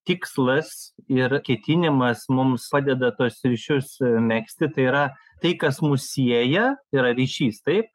tikslas nėra ketinimas mums padeda tuos ryšius megzti tai yra tai kas mus sieja yra ryšys taip